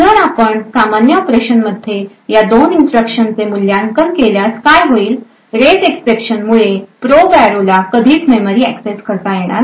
जर आपण सामान्य ऑपरेशनमध्ये या दोन इन्स्ट्रक्शनचे मूल्यांकन केल्यास काय होईल रेज एक्सेप्शन मुळे प्रोब अॅरेला कधीच मेमरी एक्सेस करता येणार नाही